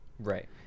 Right